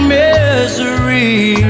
misery